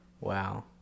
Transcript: Wow